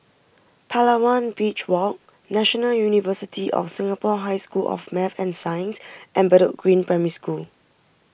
Palawan Beach Walk National University of Singapore High School of Math and Science and Bedok Green Primary School